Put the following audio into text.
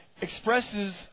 expresses